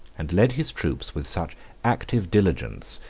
and led his troops with such active diligence,